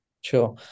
Sure